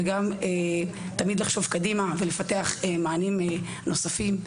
וגם תמיד לחשוב קדימה ולפתח מענים נוספים.